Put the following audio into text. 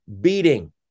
beating